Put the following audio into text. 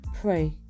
pray